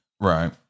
Right